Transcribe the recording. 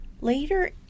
later